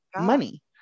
money